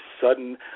sudden